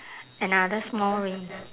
another small ring